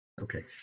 okay